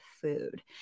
food